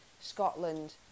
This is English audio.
Scotland